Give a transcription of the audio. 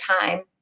time